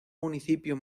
municipio